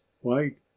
white